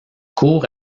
court